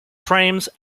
frames